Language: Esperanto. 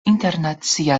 internacia